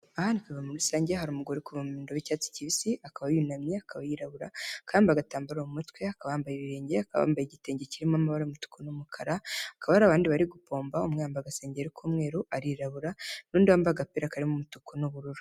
Aha ni ku ivomo rusange, hari umugore uri kuvomera mu ndobo y'icyatsi kibisi, akaba yunamye, akaba yirabura, akaba yambaye agatambaro mu mutwe, akaba yambaye ibirenge, akaba yambaye igitenge kirimo amabara y'umutuku n'umukara, hakaba hari abandi bari gupomba, umwe akaba yambaye agasengeri k'umweru, arirabura, n'undi wambaye agapira karimo umutuku n'ubururu.